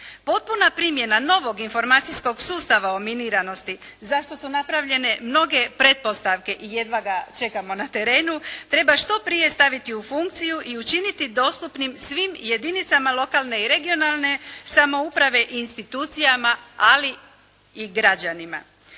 Potpuna primjena novog informacijskog sustava o miniranosti za što su napravljene mnoge pretpostavke i jedva ga čekamo na terenu treba što prije staviti u funkciju i učiniti dostupnim svim jedinicama lokalne i regionalne samouprave i institucijama ali i građanima.